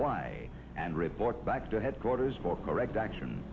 why and report back to headquarters for correct action